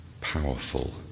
powerful